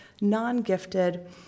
non-gifted